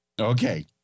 Okay